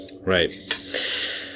right